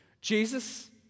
Jesus